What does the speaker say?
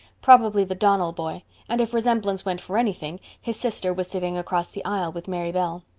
probably the donnell boy and if resemblance went for anything, his sister was sitting across the aisle with mary bell.